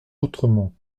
autrement